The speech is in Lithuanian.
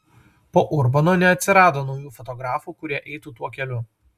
po urbono neatsirado naujų fotografų kurie eitų tuo keliu